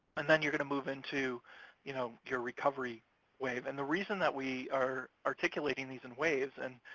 and then you're gonna move into you know your recovery wave. and the reason that we are articulating these in waves, and,